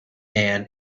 man